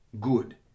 Good